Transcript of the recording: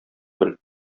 бел